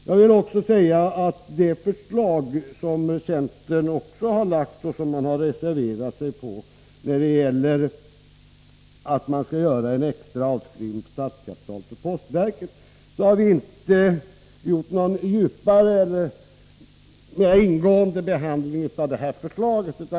Jag vill också säga att det förslag som centern har väckt och reserverat sig för, att göra en extra avskrivning av statskapitalet för postverket, har vi inte ägnat någon djupare eller mera ingående behandling.